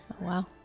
Wow